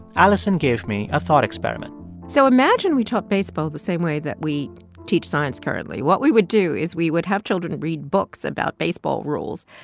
alison gave me a thought experiment so imagine we taught baseball the same way that we teach science currently. what we would do is we would have children read books about baseball rules.